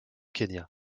kenya